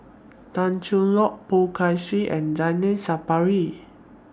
Tan Cheng Lock Poh Kay Swee and Zainal Sapari